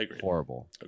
horrible